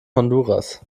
honduras